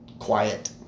Quiet